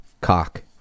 cock